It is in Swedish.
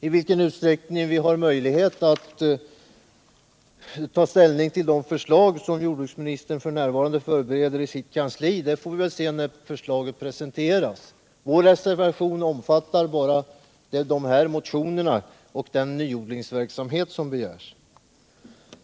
I vilken utsträckning vi har möjlighet att ta positiv ställning till de förslag som jordbruksministern f. n. förbereder i sitt kansli får vi se när förslagen presenteras. Vår reservation omfattar bara de här motionerna och den nyodlingsverksamhet som begärs.